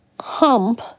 hump